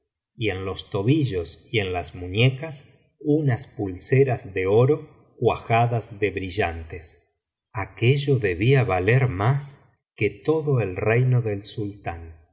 y en los tobillos y en las muñecas unas pulseras de oro cuajadas de brillantes aquello debía valer más que todo el reino del sultán